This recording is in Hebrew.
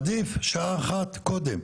עדיף שעה אחת קודם,